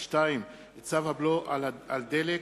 2. צו הבלו על דלק